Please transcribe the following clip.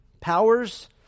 powers